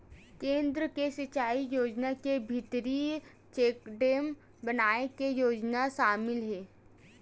केन्द्र के सिचई योजना के भीतरी चेकडेम बनाए के योजना सामिल हे